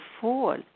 fall